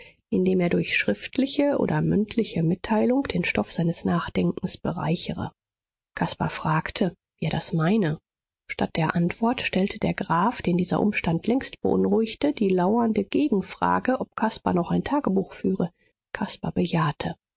indem er durch schriftliche oder mündliche mitteilung den stoff seines nachdenkens bereichere caspar fragte wie er das meine statt der antwort stellte der graf den dieser umstand längst beunruhigte die lauernde gegenfrage ob caspar noch ein tagebuch führe caspar bejahte